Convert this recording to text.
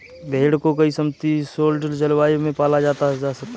भेड़ को कई समशीतोष्ण जलवायु में पाला जा सकता है